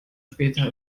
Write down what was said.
später